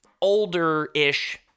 older-ish